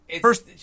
first